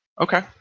Okay